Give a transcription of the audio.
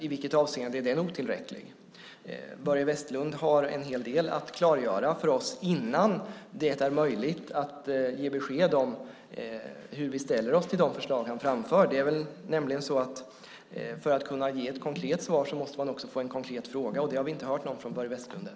I vilket avseende är den otillräcklig? Börje Vestlund har en hel del att klargöra för oss innan det är möjligt att ge besked om hur vi ställer oss till de förslag som han framför. För att kunna ge ett konkret svar måste man också få en konkret fråga, och någon sådan har vi inte hört från Börje Vestlund än.